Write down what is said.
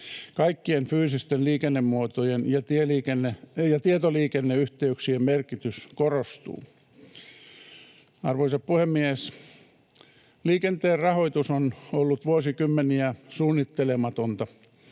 Kaikkien fyysisten liikennemuotojen ja tietoliikenneyhteyksien merkitys korostuu. Arvoisa puhemies! Liikenteen rahoitus on ollut vuosikymmeniä suunnittelematonta.